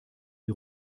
die